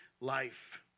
life